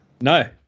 No